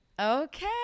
Okay